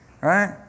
right